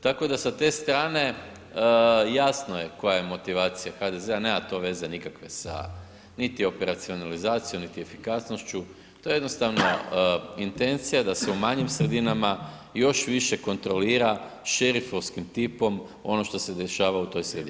Tako da sa te strane jasno je koja je motivacija HDZ-a nema to veze nikakve sa niti operacionalizacijom, niti efikasnošću to je jednostavno intencija da se u manjim sredinama još više kontrolira šerifovskim tipom ono što se dešava u toj sredini.